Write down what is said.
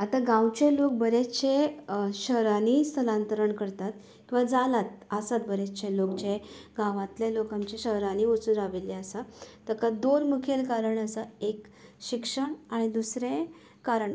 आता गांवचे लोक बरेचशें शहरांनी स्थलांतरण करतात किंवां जालात आसात बरेंचशें लोक जे गांवांतलें लोक आमचे शहरांनी वचून राविल्ले आसा ताका दोन मुखेल कारण आसा एक शिक्षण आनी दुसरें कारण